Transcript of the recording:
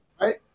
Right